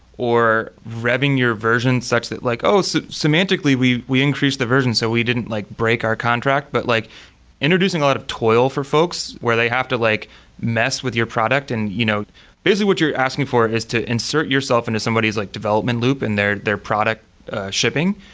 or revving your version such that like, oh, so semantically we we increase the version, so we didn't like break our contract, but like introducing a lot of toil for folks where they have to like mess with your product. and you know basically, what you're asking for is to insert yourself into somebody's like development loop in their their product shipping.